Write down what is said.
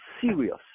serious